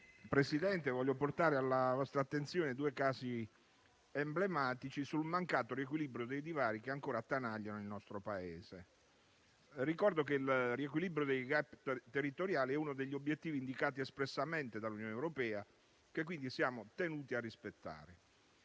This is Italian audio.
Presidente, voglio portare alla vostra attenzione due casi emblematici sul mancato riequilibrio dei divari che ancora attanagliano il nostro Paese. Ricordo che il riequilibrio dei *gap* territoriali è uno degli obiettivi indicati espressamente dall'Unione europea e che quindi siamo tenuti a rispettarlo.